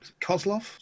Kozlov